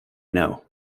know